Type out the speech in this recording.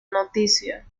noticia